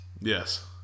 Yes